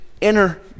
inner